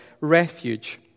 refuge